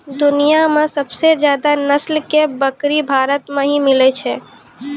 दुनिया मॅ सबसे ज्यादा नस्ल के बकरी भारत मॅ ही मिलै छै